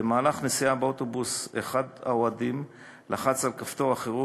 במהלך נסיעה באוטובוס אחד האוהדים לחץ על כפתור החירום,